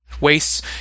Wastes